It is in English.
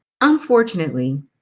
Unfortunately